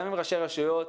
עם ראשי רשויות,